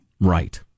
Right